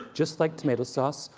just like tomato sauce,